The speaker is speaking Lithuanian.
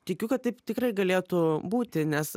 tikiu kad taip tikrai galėtų būti nes